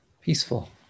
Peaceful